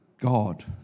God